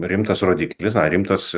rimtas rodiklis na rimtas